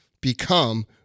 become